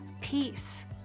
peace